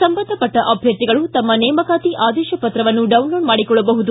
ಸಂಬಂಧಪಟ್ಟ ಅಭ್ಯರ್ಥಿಗಳು ತಮ್ಮ ನೇಮಕಾತಿ ಆದೇಶ ಪತ್ರವನ್ನು ಡೌನ್ಲೋಡ್ ಮಾಡಿಕೊಳ್ಳಬಹುದು